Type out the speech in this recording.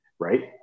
Right